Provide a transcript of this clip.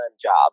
job